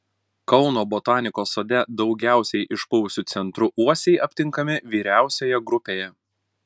kauno botanikos sode daugiausiai išpuvusiu centru uosiai aptinkami vyriausioje grupėje